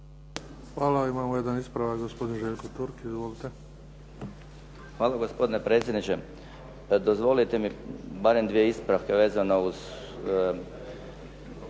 Hvala. Imamo jedan ispravak, gospodin Željko Turk. Izvolite. **Turk, Željko (HDZ)** Hvala gospodine predsjedniče. Pa dozvolite mi barem dvije ispravke vezane uz